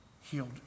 healed